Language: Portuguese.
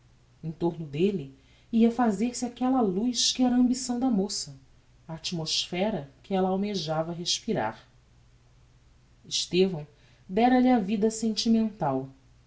em torno delle ia fazer-se aquella luz que era a ambição da moça a atmosphera que ella almejava respirar estevão dera-lhe a vida sentimental